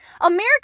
America